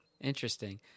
Interesting